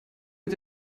mit